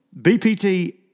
BPT